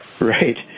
Right